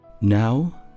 Now